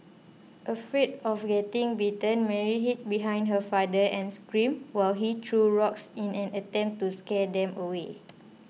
afraid of getting bitten Mary hid behind her father and screamed while he threw rocks in an attempt to scare them away